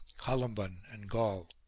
columban and gall.